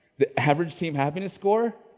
the average team happiness score?